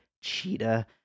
Cheetah